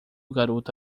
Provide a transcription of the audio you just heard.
garoto